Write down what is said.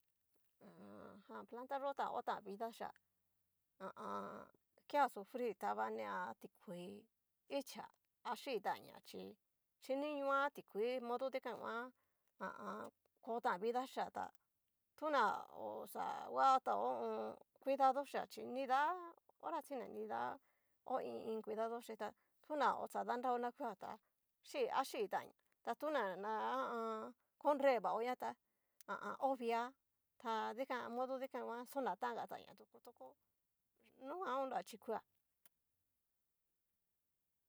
Ha. jan plata yó ta otan vida xhía, ha a an kea sufrir ta kua nea tikuii, icha a xii tan ña chí, xhiniñoa tikuii modo dikan nguan, ha a an kotan vida xhia tá tu na oxa kuatao ho o on. cuidado xhia chi nidá hora sique nida ho i iin kuidado chí tá tona xadanrao na kua tá chí achitanña, ta tuna na ha a an. korevaoña tá, ha a an ovia ta modo dikan xonataña toko nunguanga chí kuia.